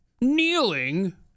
kneeling